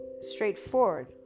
straightforward